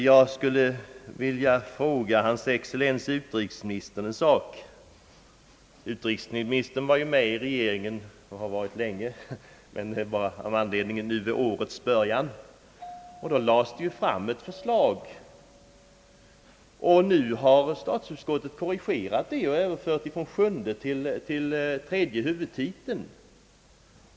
Jag skulle vilja fråga hans excellens utrikesministern om en sak. Utrikesmi nistern var ju med i regeringen vid årets början — ja, han har varit med länge — och då lades det fram ett förslag. Statsutskottet har korrigerat detta och överfört pengar från sjunde till tredje huvudtiteln.